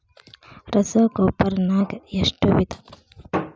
ರಸಗೊಬ್ಬರ ನಾಗ್ ಎಷ್ಟು ವಿಧ?